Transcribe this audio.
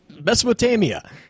Mesopotamia